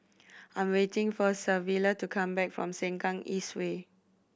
I'm waiting for Savilla to come back from Sengkang East Way